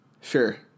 Sure